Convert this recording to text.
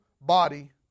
body